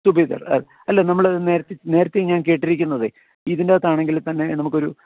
തുഭേദർ അല്ല നമ്മൾ നേരത്തെ നേരത്തെ ഞാൻ കെട്ടിരിക്കുന്നതെ ഇതിൻ്റെ അകത്ത് ആണെങ്കിൽ തന്നെ നമുക്കൊരു